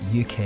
UK